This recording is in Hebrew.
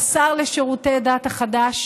לשירותי דת החדש,